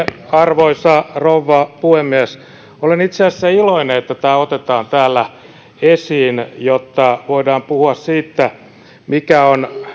arvoisa rouva puhemies olen itse asiassa iloinen että tämä otetaan täällä esiin jotta voidaan puhua siitä mikä on